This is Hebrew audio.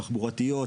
תחבורתיות,